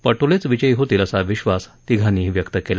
पटोलेच विजयी होतील असा विश्वास तिघांनी व्यक्त केला